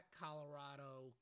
Colorado